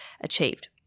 achieved